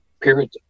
period